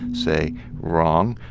say wrong,